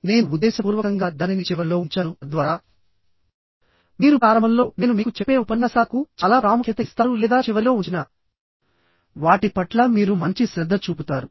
నేను ఉద్దేశపూర్వకంగా దానిని చివరలో ఉంచానుతద్వారా మీరు ప్రారంభంలో నేను మీకు చెప్పే ఉపన్యాసాలకు చాలా ప్రాముఖ్యత ఇస్తారు లేదా చివరిలో ఉంచిన వాటి పట్ల మీరు మంచి శ్రద్ధ చూపుతారు